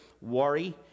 worry